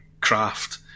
craft